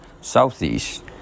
Southeast